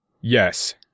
Yes